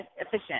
efficient